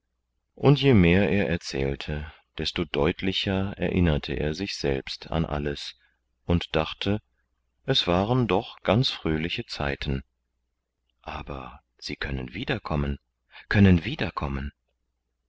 und je mehr er erzählte desto deutlicher erinnerte er sich selbst an alles und dachte es waren doch ganz fröhliche zeiten aber sie können wiederkommen können wiederkommen